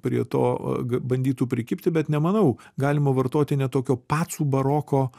prie to bandytų prikibti bet nemanau galima vartoti net tokio pacų baroko